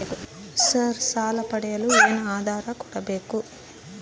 Sir ಸಾಲ ಪಡೆಯಲು ಏನು ಆಧಾರ ಕೋಡಬೇಕು?